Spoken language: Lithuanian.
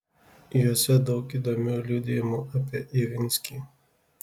juose daug įdomių liudijimų apie ivinskį